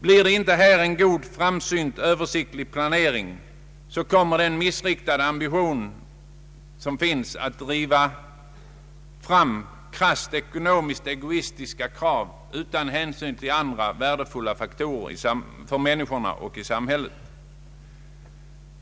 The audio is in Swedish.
Genomförs inte en god och framsynt översiktlig planering, så kommer denna missriktade ambition att driva fram krasst ekonomiskt egoistiska krav utan hänsyn till andra värdefulla faktorer för människorna och samhället.